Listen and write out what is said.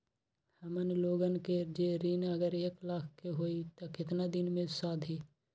हमन लोगन के जे ऋन अगर एक लाख के होई त केतना दिन मे सधी?